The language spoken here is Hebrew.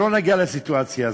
שלא נגיע לסיטואציה הזאת: